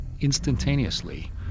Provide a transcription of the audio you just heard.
Instantaneously